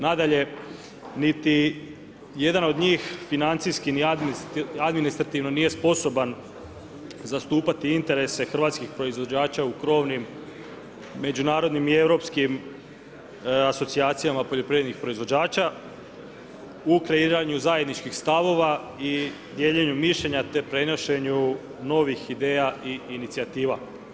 Nadalje, niti jedan od njih financijski ni administrativno nije sposoban zastupati interese hrvatskih proizvođača u krovnim međunarodnim i europskim asocijacijama poljoprivrednih proizvođača u kreiranju zajedničkih stavova i dijeljenju mišljenja te prenošenju novih ideja i inicijativa.